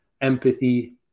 empathy